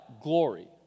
glory